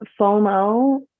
FOMO